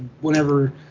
whenever